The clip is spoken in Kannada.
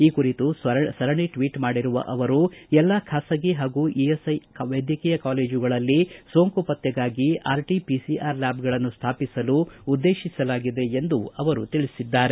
ಈ ಕುರಿತು ಸರಣಿ ಟ್ವೀಟ್ ಮಾಡಿರುವ ಅವರು ಎಲ್ಲಾ ಖಾಸಗಿ ಹಾಗೂ ಇಎಸ್ಐ ವೈದ್ಯಕೀಯ ಕಾಲೇಜುಗಳಲ್ಲಿ ಸೋಂಕು ಪತ್ತೆಗಾಗಿ ಆರ್ಟಿ ಪಿಸಿಆರ್ ಲ್ವಾಬ್ಗಳನ್ನು ಸ್ವಾಪಿಸಲು ಉದ್ದೇಶಿಸಲಾಗಿದೆ ಎಂದು ತಿಳಿಸಿದ್ದಾರೆ